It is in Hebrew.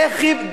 העיקר שאתה,